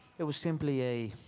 it was simply a.